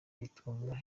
gutunga